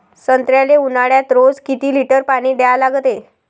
संत्र्याले ऊन्हाळ्यात रोज किती लीटर पानी द्या लागते?